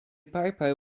piper